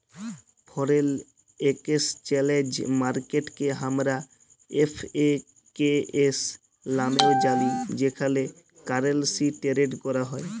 foreign exchange মার্কেটকে আমরা এফ.এ.কে.এস লামেও জালি যেখালে কারেলসি টেরেড ক্যরা হ্যয়